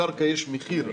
לקרקע יש מחיר,